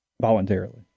Voluntarily